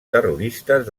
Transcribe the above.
terroristes